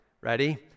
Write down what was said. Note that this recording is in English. ready